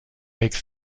make